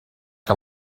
que